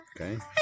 Okay